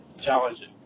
challenging